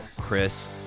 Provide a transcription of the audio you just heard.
Chris